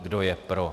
Kdo je pro?